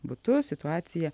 butus situaciją